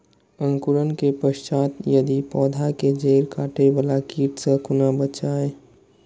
अंकुरण के पश्चात यदि पोधा के जैड़ काटे बाला कीट से कोना बचाया?